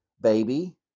baby